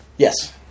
Yes